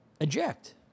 eject